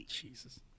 jesus